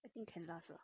I think can last ah